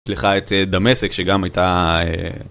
סליחה, את דמשק שגם הייתה